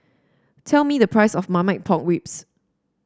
tell me the price of Marmite Pork Ribs